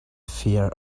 fir